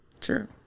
True